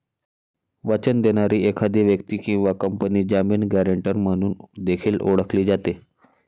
वचन देणारी एखादी व्यक्ती किंवा कंपनी जामीन, गॅरेंटर म्हणून देखील ओळखली जाते